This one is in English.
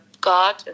God